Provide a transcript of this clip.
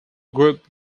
group